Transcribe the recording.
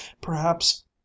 Perhaps